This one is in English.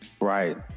Right